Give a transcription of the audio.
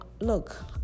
look